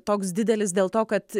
toks didelis dėl to kad